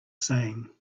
saying